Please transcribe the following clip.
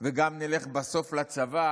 וגם נלך בסוף לצבא